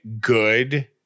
good